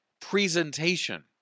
presentation